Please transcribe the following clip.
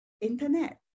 internet